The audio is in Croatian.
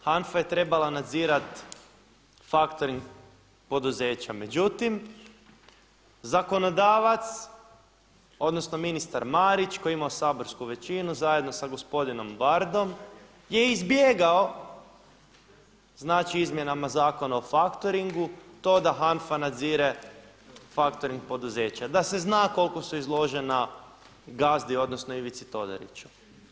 HANFA je trebala nadzirati faktoring poduzeća međutim zakonodavac, odnosno ministar Marić koji je imao saborsku većinu zajedno sa gospodinom Vardom je izbjegao znači izmjenama Zakona o faktoringu to da HANFA nadzire faktoring poduzeća, da se zna koliko su izložena gazdi, odnosno Ivici Todoriću.